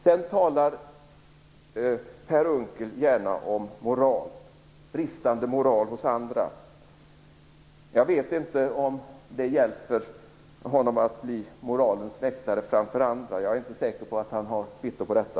Per Unckel talar gärna om bristande moral hos andra. Jag vet inte om det hjälper honom att bli moralens väktare framför andra, jag är inte säker på att han har kvitto på detta.